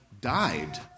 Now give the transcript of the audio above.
died